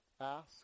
ask